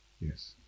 Yes